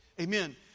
Amen